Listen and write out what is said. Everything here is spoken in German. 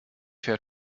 fährt